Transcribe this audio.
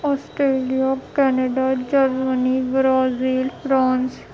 Australia Canada Germany Brazil France